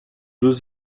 deux